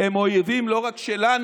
הוא אויב שלכם, לא רק שלנו.